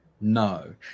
No